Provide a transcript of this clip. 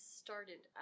started